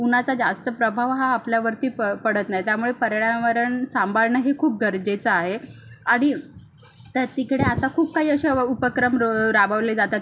उन्हाचा जास्त प्रभाव हा आपल्यावरती प पडत नाही त्यामुळे पर्यावरण सांभाळणं हे खूप गरजेचं आहे आणि त्या तिकडे आता खूप काही अशा उपक्रम रं राबवले जातात